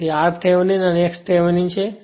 તેથી r Thevenin and x Thevenin છે